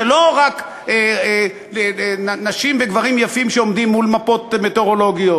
זה לא רק נשים וגברים יפים שעומדים מול מפות מטאורולוגיות,